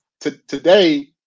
today